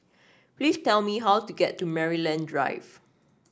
please tell me how to get to Maryland Drive